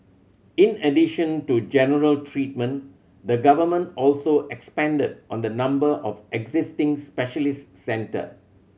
in addition to general treatment the Government also expanded on the number of existing specialist centre